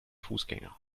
fußgänger